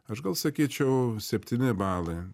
aš gal sakyčiau septyni balai